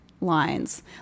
lines